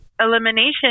elimination